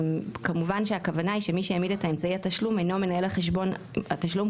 שכמובן שהכוונה היא שמי שהעמיד את אמצעי התשלום אינו מנהל החשבון כאמור,